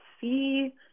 see